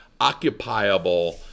occupiable